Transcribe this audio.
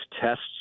tests